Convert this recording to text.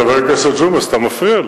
חבר הכנסת ג'ומס, אתה מפריע לי.